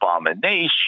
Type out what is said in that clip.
abomination